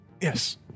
Yes